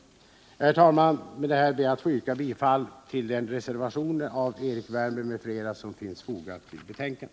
Herr talman! Med detta ber jag att få yrka bifall till den vid betänkandet fogade reservationen av Erik Wärnberg m.fl.